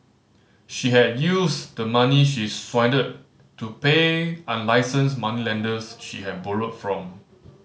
she had used the money she swindled to pay unlicensed moneylenders she had borrowed from